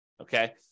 okay